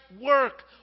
work